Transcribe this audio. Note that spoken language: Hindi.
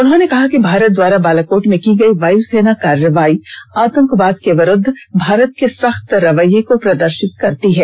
उन्होंने कहा कि भारत द्वारा बालाकोट में की गई वायुसेना कार्रवाई आतंकवाद के विरूद्व भारत के सख्त रवैये को प्रदर्शित करती है